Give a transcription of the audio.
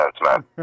man